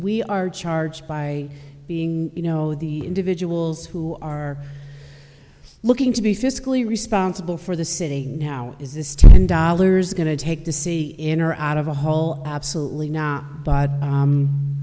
we are charged by being you know the individuals who are looking to be fiscally responsible for the city now is this ten dollars going to take to see in or out of a hole absolutely not